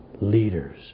leaders